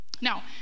Now